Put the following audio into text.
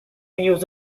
used